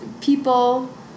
people